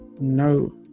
No